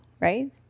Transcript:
right